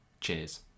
Cheers